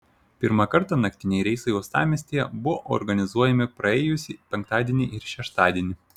pirmą kartą naktiniai reisai uostamiestyje buvo organizuojami praėjusį penktadienį ir šeštadienį